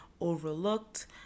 overlooked